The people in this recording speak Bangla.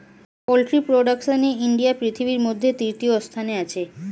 পোল্ট্রি প্রোডাকশনে ইন্ডিয়া পৃথিবীর মধ্যে তৃতীয় স্থানে আছে